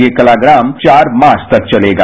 यह कलाग्राम चार मार्च तक चलेगा